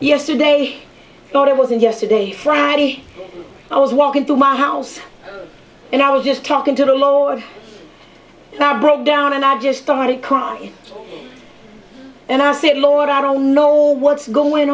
yesterday thought it was and yesterday friday i was walking to my house and i was just talking to the lord now broke down and i just started crying and i said lord i don't know what's going